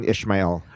Ishmael